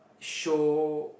show